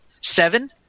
Seven